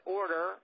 order